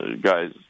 guys